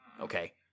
okay